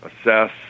assess